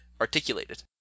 articulated